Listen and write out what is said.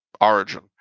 origin